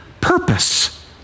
purpose